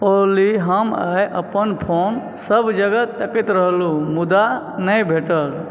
ओली हम आइ अपन फ़ोन सभजगह तकैत रहलहुँ मुदा नहि भेटल